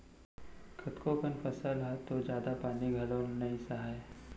कतको कन फसल ह तो जादा पानी घलौ ल नइ सहय